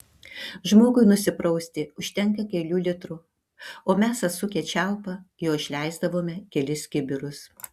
žmogui nusiprausti užtenka kelių litrų o mes atsukę čiaupą jo išleisdavome kelis kibirus